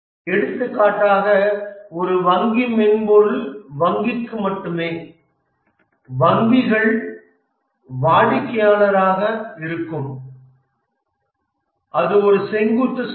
எடுத்துக்காட்டாக ஒரு வங்கி மென்பொருள் வங்கிக்கு மட்டுமே வங்கிகள் வாடிக்கையாளராக இருக்கும் அது ஒரு செங்குத்து சந்தை